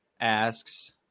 asks